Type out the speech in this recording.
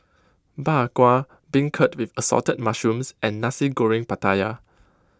Bak Kwa Beancurd with Assorted Mushrooms and Nasi Goreng Pattaya